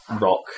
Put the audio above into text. rock